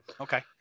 Okay